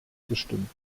gestimmt